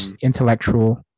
intellectual